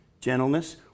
gentleness